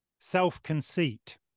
self-conceit